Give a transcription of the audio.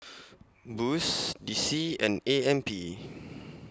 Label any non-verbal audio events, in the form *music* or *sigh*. Boost D C and A M P *noise*